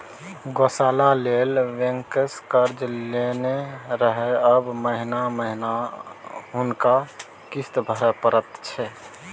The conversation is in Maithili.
गौशाला लेल बैंकसँ कर्जा लेने रहय आब महिना महिना हुनका किस्त भरय परैत छै